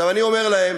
אני אומר להם,